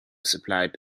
supplied